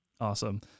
Awesome